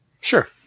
Sure